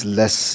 less